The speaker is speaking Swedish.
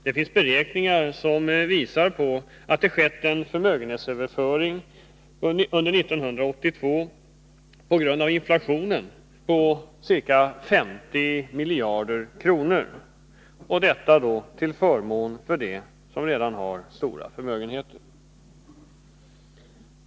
Det finns beräkningar som visar att det skett en förmögenhetsöverföring under år 1982, på grund av inflationen, på ca 50 miljarder kronor — och detta till förmån för dem som redan har stora förmögenheter.